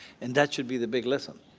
and that should be the big lesson.